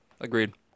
Agreed